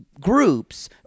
groups